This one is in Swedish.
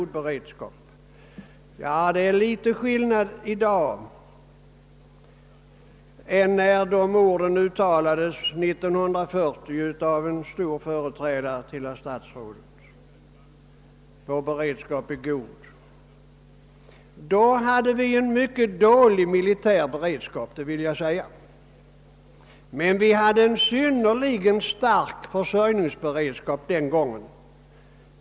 Det är litet skillnad i dag mot när orden »vår beredskap är god» uttalades 1940 av en stor företrädare till herr statsrådet. Då hade vi en mycket dålig militär beredskap men en synnerligen stark försörjningsberedskap.